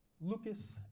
Lucas